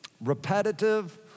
Repetitive